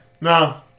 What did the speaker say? No